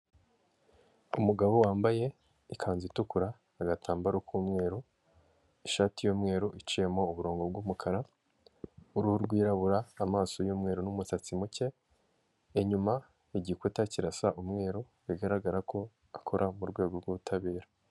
Umugabo wambaye ikanzu itukura, agatambaro k'umweru, ishati y'umweru iciyemo uburongo bw'umukara, uruhu rwirabura, amaso y'umweru n'umusatsi muke, inyuma igikuta kirasa umweru bigaragara ko akora mu rwego rw'Ubutabera.